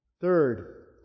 Third